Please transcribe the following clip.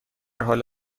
حال